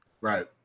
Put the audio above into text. Right